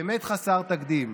באמת חסר תקדים,